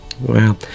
Wow